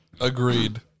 Agreed